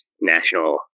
national